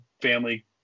family